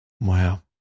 Wow